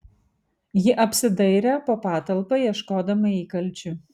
ji apsidairė po patalpą ieškodama įkalčių